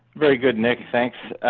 very good, nick. thanks.